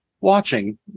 watching